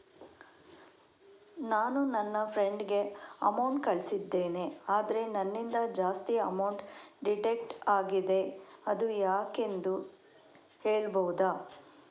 ನಾನು ನನ್ನ ಫ್ರೆಂಡ್ ಗೆ ಅಮೌಂಟ್ ಕಳ್ಸಿದ್ದೇನೆ ಆದ್ರೆ ನನ್ನಿಂದ ಜಾಸ್ತಿ ಅಮೌಂಟ್ ಡಿಡಕ್ಟ್ ಆಗಿದೆ ಅದು ಯಾಕೆಂದು ಹೇಳ್ಬಹುದಾ?